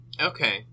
Okay